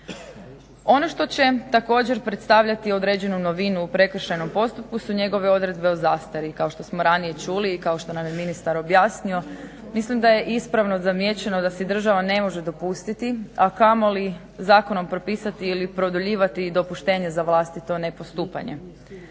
Ono što će također predstavljati određenu novinu u prekršajnom postupku su njegove odredbe o zastari. Kao što smo ranije čuli i kao što nam je ministar objasnio mislim da je ispravno zamijećeno da si država ne može dopustiti, a kamoli zakonom propisati ili produljivati dopuštenje za vlastito nepostupanje.